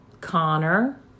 Connor